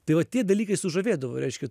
tai va tie dalykai sužavėdavo reiškia